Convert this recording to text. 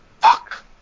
fuck